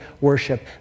worship